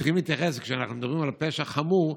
כשאנחנו מדברים על פשע חמור,